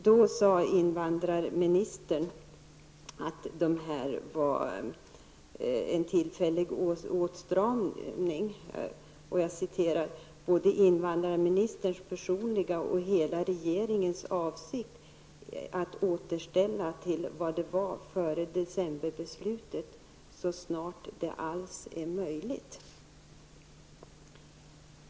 Då sade invandrarministern att det var fråga om en tillfällig åtstramning och framhöll att det var invandrarministerns personliga åsikt och även hela regeringens åsikt att återställa läget till vad som gällde före december-beslutet, så snart det över huvud taget var möjligt.